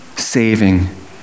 saving